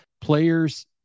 players –